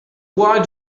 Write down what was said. why